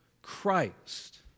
Christ